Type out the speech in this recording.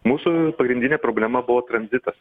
mūsų pagrindinė problema buvo tranzitas